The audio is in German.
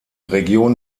region